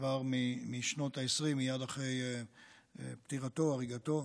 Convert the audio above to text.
כבר בשנות העשרים, מייד אחרי פטירתו, הריגתו,